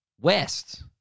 West